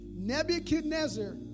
Nebuchadnezzar